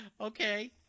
Okay